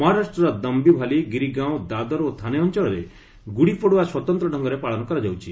ମହାରାଷ୍ଟ୍ରର ଦୟିଭାଲି ଗିରିଗାଓଁ ଦାଦର ଓ ଥାନେ ଅଞ୍ଚଳରେ ଗୁଡ଼ିପଡୁଆ ସ୍ୱତନ୍ତ୍ର ଢ଼ଙ୍ଗରେ ପାଳନ କରାଯାଉଛି